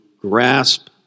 grasp